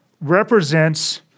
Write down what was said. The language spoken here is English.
represents